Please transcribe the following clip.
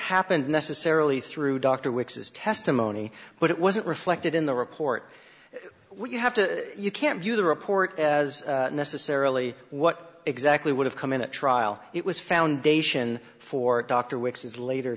happened necessarily through dr weeks is testimony but it wasn't reflected in the report we have to you can't view the report as necessarily what exactly would have come in a trial it was foundation for dr